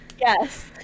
Yes